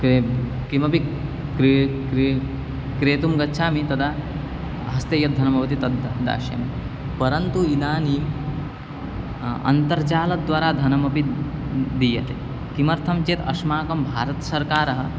के किमपि क्रि क्रि क्रेतुं गच्छामि तदा हस्ते यद्धनं भवति तद् दास्यामि परन्तु इदानीं अन्तर्जालद्वारा धनमपि दीयते किमर्थं चेत् अस्माकं भारतसर्वकारः